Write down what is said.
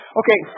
okay